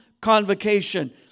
convocation